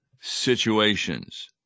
situations